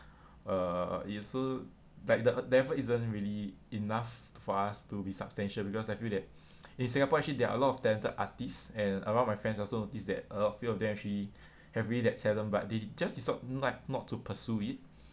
uh it also like the uh the effort isn't really enough for us to be substantial because I feel that in singapore actually there are a lot of talented artists and a lot of my friends also noticed that a few of them actually have agree that have really that talent but they just decide not to pursue it